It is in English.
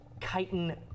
chitin